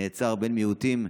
נעצר בן מיעוטים.